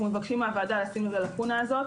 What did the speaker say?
אנחנו מבקשים מהוועדה לשים לב ללקונה הזאת.